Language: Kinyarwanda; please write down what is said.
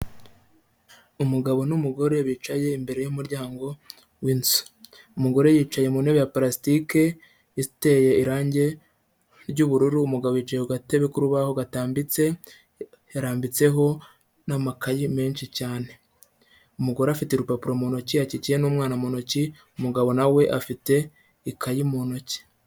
Umugabo n'umugore bicaye imbere y'umuryango w'inzu. Umugore yicaye mu ntebe ya purasitike iteye irangi ry'ubururu, umugabo yicaye ku gatebe k'urubaho gatambitse, yarambitseho n'amakayi menshi cyane. Umugore afite urupapuro mu ntoki, akikiye n'umwana mu ntoki, umugabo na we afite ikayi mu ntoki.